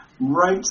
right